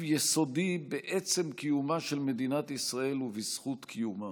יסודי בעצם קיומה של מדינת ישראל ובזכות קיומה.